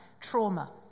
trauma